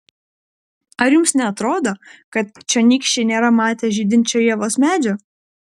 ar jums neatrodo kad čionykščiai nėra matę žydinčio ievos medžio